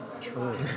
true